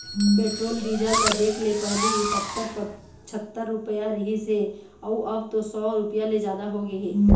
petrol diesel ल देखले पहिली सत्तर, पछत्तर रूपिया रिहिस हे अउ अब तो सौ रूपिया ले जादा होगे हे